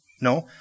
No